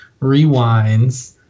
rewinds